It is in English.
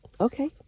Okay